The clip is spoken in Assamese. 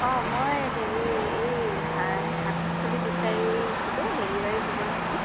অঁ মই হেৰি এই শা শাক পাচলি বিচাৰিছিলোঁ ডেলিভাৰী হ'ব নে নাই